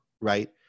right